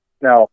Now